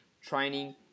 training